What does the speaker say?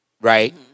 right